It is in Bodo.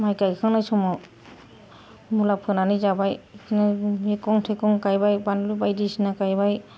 माइ गायखांनाय समाव मुला फोनानै जाबाय बिदिनो मैगं थाइगं गायबाय बानलु बायदिसिना गायबाय